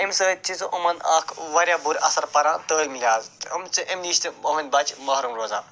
اَمہِ سۭتۍ چھُ سُہ یِمن اکھ وارِیاہ بُرٕ اَثر پَران تٲلیٖم لٮ۪حاظٕ یِم چھِ اَمہِ نِش تہِ یِہٕنٛدۍ بَچہِ محروٗم روزان